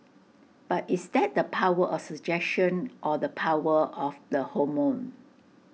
but is that the power of suggestion or the power of the hormone